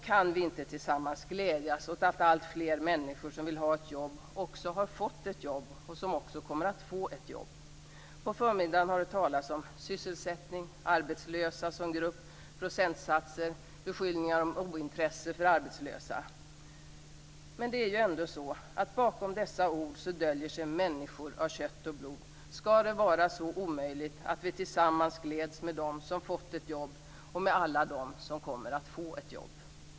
Kan vi inte tillsammans glädjas åt att alltfler människor som vill ha ett jobb också har fått ett jobb eller också kommer att få ett jobb? På förmiddagen har det talats om sysselsättning, arbetslösa som grupp, procentsatser, och det har gjorts beskyllningar om ointresse för de arbetslösa. Bakom dessa ord döljer sig människor av kött och blod. Skall det vara så omöjligt att vi tillsammans gläds med dem som fått ett jobb och med alla dem som kommer att få ett jobb?